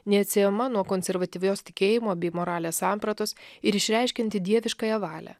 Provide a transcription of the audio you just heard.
neatsiejama nuo konservatyvios tikėjimo bei moralės sampratos ir išreiškianti dieviškąją valią